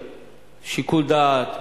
לאדם שיקול דעת,